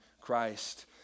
Christ